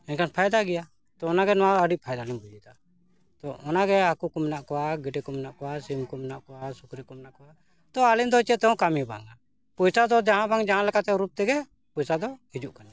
ᱢᱮᱱᱠᱷᱟᱱ ᱯᱷᱟᱭᱫᱟ ᱜᱮᱭᱟ ᱛᱚ ᱚᱱᱟᱜᱮ ᱱᱚᱣᱟ ᱟᱹᱰᱤ ᱯᱷᱟᱭᱫᱟ ᱞᱤᱧ ᱵᱩᱡᱮᱫᱟ ᱛᱚ ᱚᱱᱟᱜᱮ ᱦᱟᱠᱳ ᱠᱚ ᱢᱮᱱᱟᱜ ᱠᱚᱣᱟ ᱜᱮᱰᱮ ᱠᱚ ᱢᱮᱱᱟᱜ ᱠᱚᱣᱟ ᱥᱤᱢ ᱠᱚ ᱢᱮᱱᱟᱜ ᱠᱚᱣᱟ ᱥᱩᱠᱨᱤ ᱠᱚ ᱢᱮᱱᱟᱜ ᱠᱚᱣᱟ ᱛᱚ ᱟᱹᱞᱤᱧ ᱫᱚ ᱪᱮᱫ ᱛᱮᱦᱚᱸ ᱠᱟᱹᱢᱤ ᱵᱟᱝ ᱯᱚᱭᱥᱟ ᱫᱚ ᱡᱟᱦᱟᱸ ᱵᱟᱝ ᱡᱟᱦᱟᱸ ᱞᱮᱠᱟᱛᱮ ᱨᱩᱯ ᱛᱮᱜᱮ ᱯᱚᱭᱥᱟ ᱫᱚ ᱦᱤᱡᱩᱜ ᱠᱟᱱᱟ